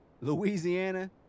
Louisiana